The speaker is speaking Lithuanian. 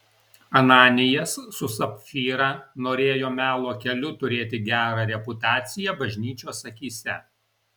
ananijas su sapfyra norėjo melo keliu turėti gerą reputaciją bažnyčios akyse